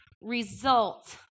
result